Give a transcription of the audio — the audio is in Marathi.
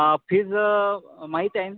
फीज माहीत आहे